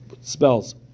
spells